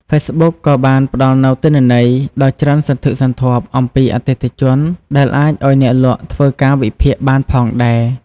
ហ្វេសប៊ុកក៏បានផ្តល់នូវទិន្នន័យ ដ៏ច្រើនសន្ធឹកសន្ធាប់អំពីអតិថិជនដែលអាចឱ្យអ្នកលក់ធ្វើការវិភាគបានផងដែរ។